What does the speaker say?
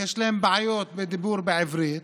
יש להם בעיות בדיבור בעברית,